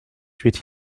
tuait